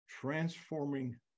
transforming